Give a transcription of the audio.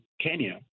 Kenya